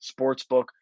sportsbook